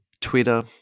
Twitter